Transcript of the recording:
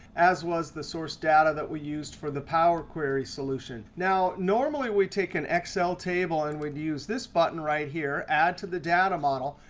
as was the source data that we used for the power query solution. now normally, we take an excel table and we'd use this button right here add to the data model.